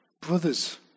Brothers